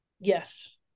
Yes